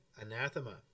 anathema